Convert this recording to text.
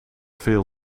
veel